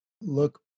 look